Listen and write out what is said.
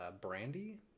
brandy